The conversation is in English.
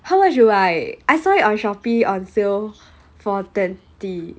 how much you but I saw it on shopee on sale for twenty